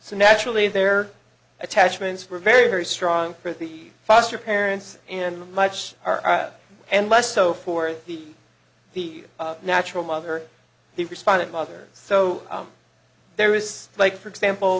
so naturally their attachments were very very strong for the foster parents and much and less so for the the natural mother the respondent mother so there is like for example